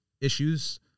issues